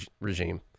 regime